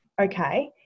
okay